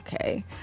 Okay